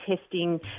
testing